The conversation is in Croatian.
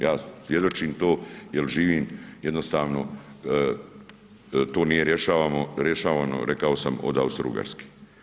Ja svjedočim to jer živim jednostavno, to nije rješavano rekao sam od Austro-Ugarske.